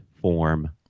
form